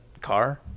car